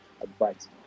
advice